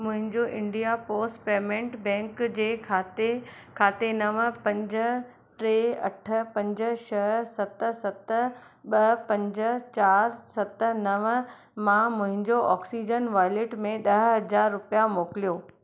मुंहिंजो India Post Payment Bank जे खाते खाते नव पंज टे अठ पंज छह सत सत ॿ पंज चारि सत नव मां मुंहिंजो ऑक्सीजन वॉलेट में ॾह हज़ार रुपिया मोकिलियो